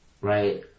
Right